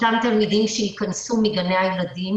אותם תלמידים שייכנסו מגני הילדים.